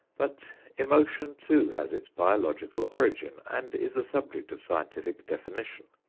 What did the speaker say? but emotion too has its biological origin and is a subject of scientific definition.